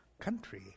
country